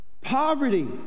poverty